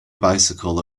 bicycle